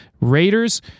Raiders